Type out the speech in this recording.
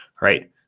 right